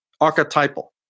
archetypal